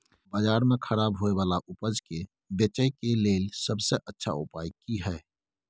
बाजार में खराब होय वाला उपज के बेचय के लेल सबसे अच्छा उपाय की हय?